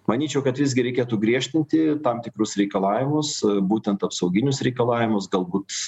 manyčiau kad visgi reikėtų griežtinti tam tikrus reikalavimus būtent apsauginius reikalavimus galbūt